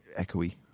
echoey